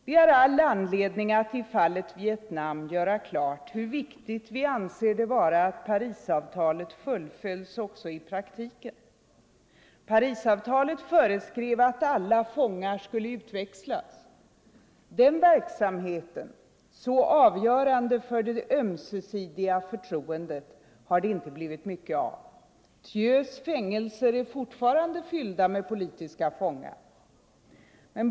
Vi har all anledning att i fallet Vietnam göra klart hur viktigt vi anser det vara att Parisavtalet fullföljs i praktiken. 21 Parisavtalet föreskrev att alla fångar skulle utväxlas. Den verksamheten —- så avgörande för det ömsesidiga förtroendet — har det inte blivit mycket av. Thieus fängelser är fortfarande fyllda med politiska fångar.